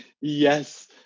Yes